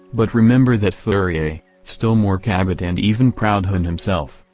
but remember that fourier, still more cabet and even proudhon himself,